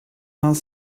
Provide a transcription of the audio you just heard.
vingt